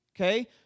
Okay